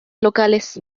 locales